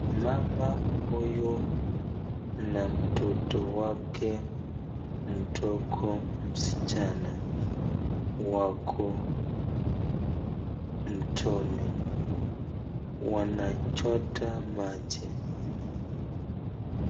Mama huyu na mtoto wake mdogo msichana wako mtoni wanachota maji.